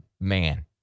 man